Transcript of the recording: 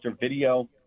video